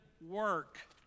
work